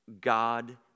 God